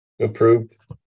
Approved